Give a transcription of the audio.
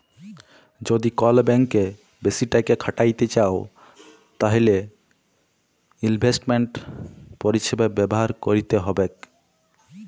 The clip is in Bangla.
যদি কল ব্যাংকে বেশি টাকা খ্যাটাইতে চাউ তাইলে ইলভেস্টমেল্ট পরিছেবা ব্যাভার ক্যইরতে হ্যবেক